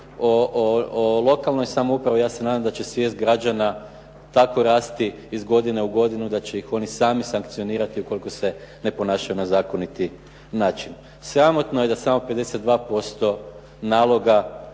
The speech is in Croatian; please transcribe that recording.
o lokalnoj samoupravi ja se nadam da će svijest građana tako rasti iz godine u godinu da će ih oni sami sankcionirati ukoliko se ne ponašaju na zakoniti način. Sramotno je da samo 52% naloga